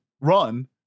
run